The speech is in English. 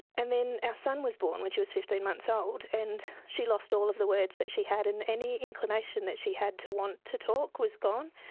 and then our son was born when she was fifteen months old and she lost all of the words that she had, and any inclination that she had to want to talk was gone.